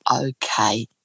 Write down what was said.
okay